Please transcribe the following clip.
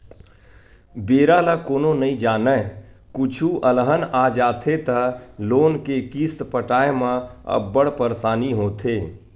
बेरा ल कोनो नइ जानय, कुछु अलहन आ जाथे त लोन के किस्त पटाए म अब्बड़ परसानी होथे